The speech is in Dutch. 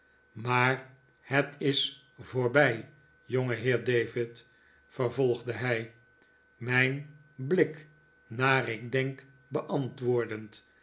maar het is voorbij jongeheer david vervolgde hij mijn blik naar ik denk beantwoordend